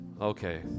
Okay